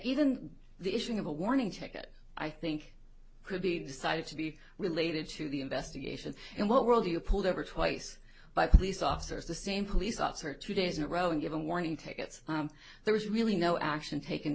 even the issuing of a warning ticket i think could be decided to be related to the investigation and what world you're pulled over twice by police officers the same police officer two days in a row and given warning tickets there was really no action taken